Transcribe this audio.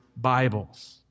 Bibles